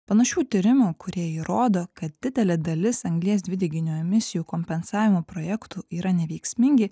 panašių tyrimų kurie įrodo kad didelė dalis anglies dvideginio emisijų kompensavimo projektų yra neveiksmingi